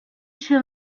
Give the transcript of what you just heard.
she